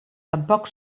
tampoc